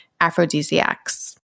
aphrodisiacs